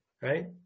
Right